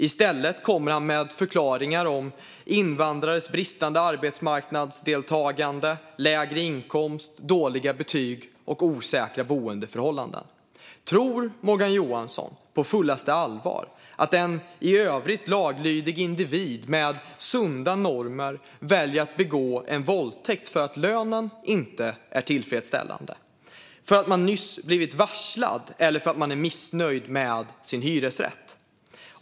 I stället kommer han med förklaringar om invandrares bristande arbetsmarknadsdeltagande, lägre inkomst, dåliga betyg och osäkra boendeförhållanden. Tror Morgan Johansson på fullaste allvar att en i övrigt laglydig individ med sunda värderingar väljer att begå en våldtäkt för att lönen inte är tillfredsställande, för att man nyss har blivit varslad eller för att man är missnöjd med sin hyresrätt?